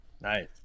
Nice